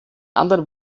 anderen